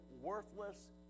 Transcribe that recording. worthless